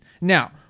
Now